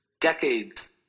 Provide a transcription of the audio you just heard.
decades